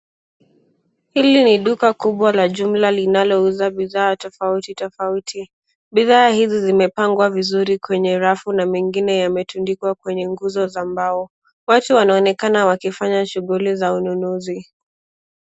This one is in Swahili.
Hili ni duka kubwa la jumla linalouza bidhaa tofauti tofauti, bidhaa hizi zimepangwa vizuri kwenye rafu na mengine yametundikwa kwenye nguzo za mbao. Watu wanaonekana wakifanya shughuli za ununuzi.